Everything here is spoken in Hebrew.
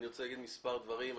אני רוצה להגיד מספר דברים.